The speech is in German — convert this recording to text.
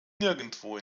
nirgendwo